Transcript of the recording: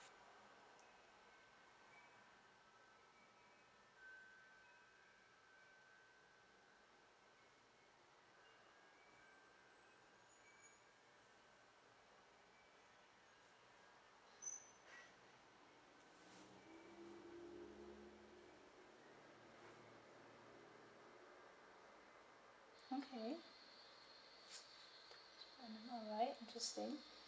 okay spender alright interesting